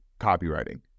copywriting